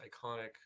iconic